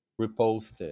reposted